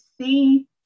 see